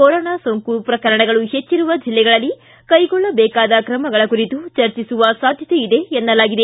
corona ಸೋಂಕು ಪ್ರಕರಣಗಳು ಹೆಚ್ಚಿರುವ ಜಿಲ್ಲೆಗಳಲ್ಲಿ ಕೈಗೊಳ್ಳಬೇಕಾದ ತ್ರಮಗಳ ಕುರಿತು ಚರ್ಚಿಸುವ ಸಾಧ್ಯತೆ ಇದೆ ಎನ್ನಲಾಗಿದೆ